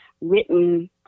written